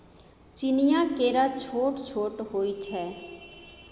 चीनीया केरा छोट छोट होइ छै